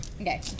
Okay